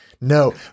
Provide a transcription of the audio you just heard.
No